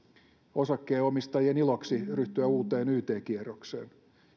osakkeenomistajien iloksi ryhtyä uuteen yt kierrokseen